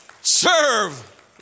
serve